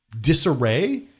disarray